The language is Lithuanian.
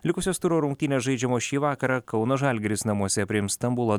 likusios turo rungtynės žaidžiamos šį vakarą kauno žalgiris namuose priims stambulo